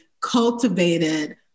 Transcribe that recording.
cultivated